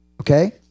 Okay